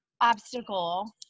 obstacle